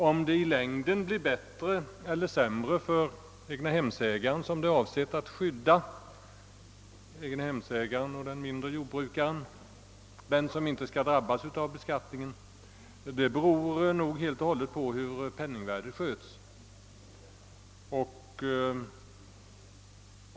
Om det i längden blir bättre eller sämre för egnahemsägaren och den mindre jordbrukaren, som man avsett att skydda och som inte skall drabbas av beskattning, beror nog helt och hållet på hur penningvärdet sköts.